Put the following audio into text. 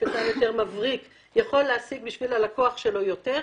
משפטן מבריק יותר יכול להשיג עבור הלקוח שלו יותר.